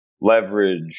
leverage